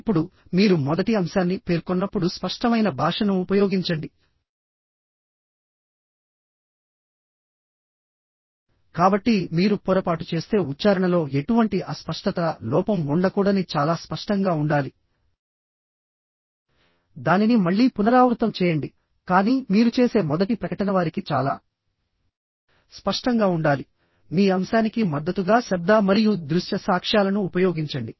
ఇప్పుడుమీరు మొదటి అంశాన్ని పేర్కొన్నప్పుడు స్పష్టమైన భాషను ఉపయోగించండికాబట్టి మీరు పొరపాటు చేస్తే ఉచ్చారణలో ఎటువంటి అస్పష్టతలోపం ఉండకూడదని చాలా స్పష్టంగా ఉండాలిదానిని మళ్ళీ పునరావృతం చేయండి కానీ మీరు చేసే మొదటి ప్రకటన వారికి చాలా స్పష్టంగా ఉండాలి మీ అంశానికి మద్దతుగా శబ్ద మరియు దృశ్య సాక్ష్యాలను ఉపయోగించండి